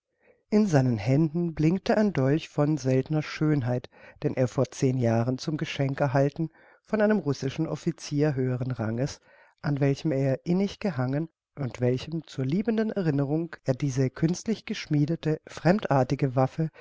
in seinen händen blinkte ein dolch von seltener schönheit den er vor zehn jahren zum geschenk erhalten von einem russischen officier höheren ranges an welchem er innig gehangen und welchem zur liebenden erinnerung er diese künstlich geschmiedete fremdartige waffe